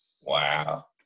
Wow